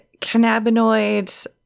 cannabinoids